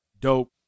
dope